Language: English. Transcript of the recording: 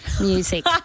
music